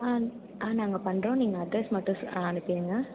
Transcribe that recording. ஆ ஆ நாங்கள் பண்ணுறோம் நீங்கள் அட்ரஸ் மட்டும் அனுப்பிருங்க